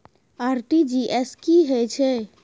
RTG S की है छै?